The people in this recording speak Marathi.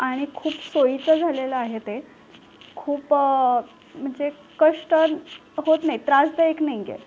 आणि खूप सोयीचं झालेलं आहे ते खूप म्हणजे कष्ट होत नाही त्रासदायक नाही आहे